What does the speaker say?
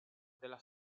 della